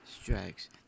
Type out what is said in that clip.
strikes